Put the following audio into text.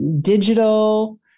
digital